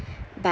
but